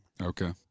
Okay